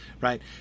right